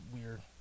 weird